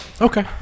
Okay